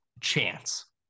chance